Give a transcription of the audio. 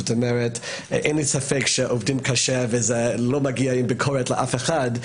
זאת אומרת אין לי ספק שעובדים קשה וזה לא מגיע עם ביקורת לאף אחד,